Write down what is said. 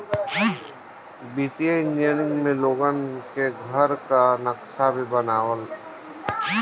वित्तीय इंजनियर में लोगन के घर कअ नक्सा भी बनावत हवन